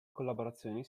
collaborazioni